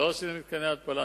לא עשינו מתקני התפלה,